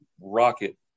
rocket